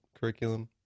curriculum